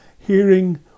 hearing